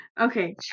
okay